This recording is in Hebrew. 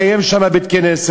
מקיים שם בית-כנסת.